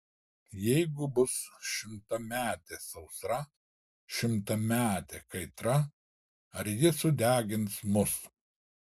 jeigu bus šimtametė sausra šimtametė kaitra ar ji sudegins mus